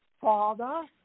Father